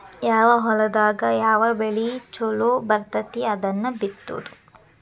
ಯಾವ ಹೊಲದಾಗ ಯಾವ ಬೆಳಿ ಚುಲೊ ಬರ್ತತಿ ಅದನ್ನ ಬಿತ್ತುದು